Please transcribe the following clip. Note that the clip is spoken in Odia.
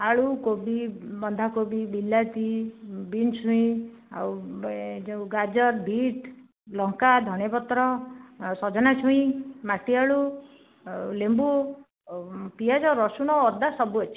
ଆଳୁ କୋବି ବନ୍ଧା କୋବି ବିଲାତି ବିନ୍ସ୍ ଛୁଇଁ ଆଉ ଯେଉଁ ଗାଜର ବିଟ୍ ଲଙ୍କା ଧନିଆଁ ପତ୍ର ସଜନା ଛୁଇଁ ମାଟି ଆଳୁ ଆଉ ଲେମ୍ଭୁ ପିଆଜ ରସୁଣ ଅଦା ସବୁ ଅଛି